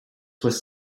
was